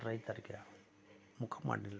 ರೈತರಿಗೆ ಮುಖ ಮಾಡಿ ನಿಲ್ಲಬೇಕು